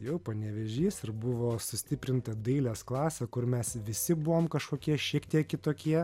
jau panevėžys ir buvo sustiprinta dailės klasė kur mes visi buvom kažkokie šiek tiek kitokie